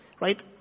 right